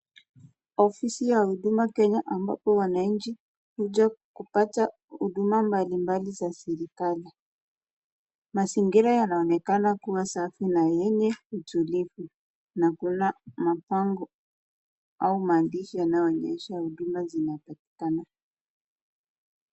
Ofisi ya huduma Kenya ambapo wananchi huja kupata huduma mbali mbali za serikali. Mazingira yanaonekana kuwa safi na yenye utulivu na kuna mabango au maandishi yanayoonyesha huduma zinapatikana.